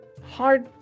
hard